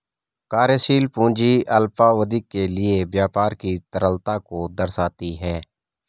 कार्यशील पूंजी अल्पावधि के लिए व्यापार की तरलता को दर्शाती है